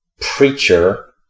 preacher